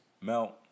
melt